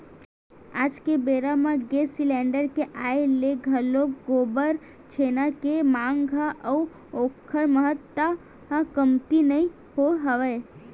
आज के बेरा म गेंस सिलेंडर के आय ले घलोक गोबर छेना के मांग ह अउ ओखर महत्ता ह कमती नइ होय हवय